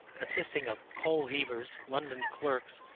consisting of coal-heavers, london clerks,